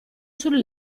sul